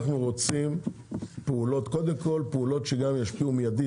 אנחנו רוצים פעולות שגם ישפיעו מיידית,